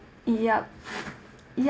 yup